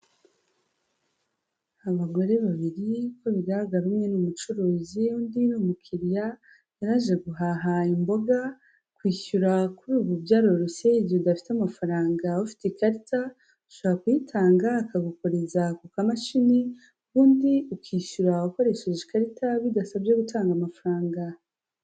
Abagore babiri uko bigaragara umwe ni umucuruziu undi ni umukiriya yari aje guhaha imboga, kwishyura kuri ubu byaroroshye igihe udafite amafaranga ufite ikarita ushobora kuyitanga akagukoreza ku kamashini ubundi ukishyura ukoresheje ikarita bidasabye gutanga amafaranga.